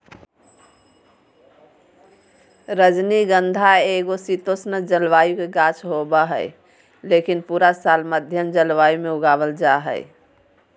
रजनीगंधा एगो शीतोष्ण जलवायु के गाछ होबा हय, लेकिन पूरा साल मध्यम जलवायु मे उगावल जा हय